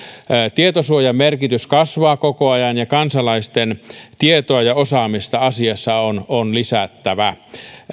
tietosuojan merkitys kasvaa koko ajan ja kansalaisten tietoa ja osaamista asiassa on on lisättävä